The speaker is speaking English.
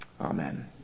Amen